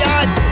eyes